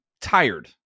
tired